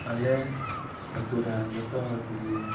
ᱟᱞᱮ ᱟᱹᱛᱩ ᱨᱮᱱ ᱡᱚᱛᱚ ᱦᱚᱲ ᱠᱚᱜᱮ